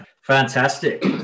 Fantastic